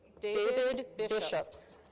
david bisschops.